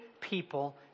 people